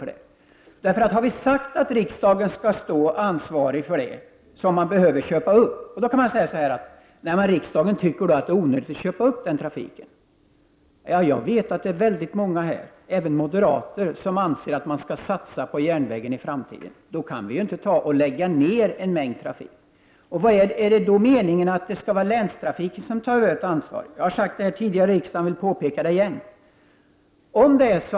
Det måste bli konsekvensen om man säger att riksdagen skall vara ansvarig för det som behöver köpas upp. Då kan man säga att riksdagen tycker att det är onödigt att köpa upp den trafiken. Jag vet att det finns väldigt många här, även moderater, som anser att man skall satsa på järnvägen i framtiden. Då kan vi ju inte lägga ner en mängd trafik. Är det då meningen att länstrafiken skall ta över ansvaret? Jag har sagt detta tidigare här i riksdagen, och jag vill återigen påpeka det.